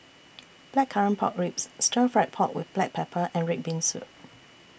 Blackcurrant Pork Ribs Stir Fried Pork with Black Pepper and Red Bean Soup